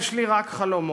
יש לי רק חלומות,